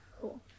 Cool